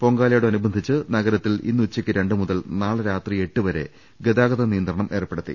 പൊങ്കാലയോടനുബന്ധിച്ച് നഗരത്തിൽ ഇന്നുച്ചക്ക് രണ്ട് മുതൽ നാളെ രാത്രി എട്ട് വരെ ഗതാഗത നിയന്ത്രണം ഏർപ്പെടുത്തി